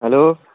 hello